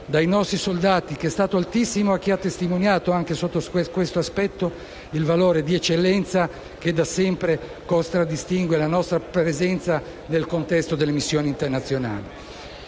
dai nostri soldati, che è stato altissimo e che ha testimoniato, anche sotto questo aspetto, il valore di eccellenza che da sempre contraddistingue la nostra presenza nel contesto delle missioni internazionali.